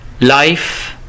life